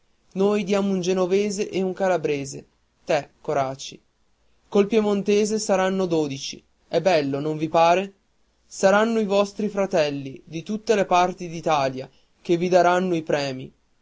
noi diamo un genovese e un calabrese te coraci col piemontese saranno dodici è bello non vi pare saranno i vostri fratelli di tutte le parti d'italia che vi daranno i premi